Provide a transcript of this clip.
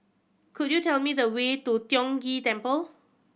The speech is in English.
could you tell me the way to Tiong Ghee Temple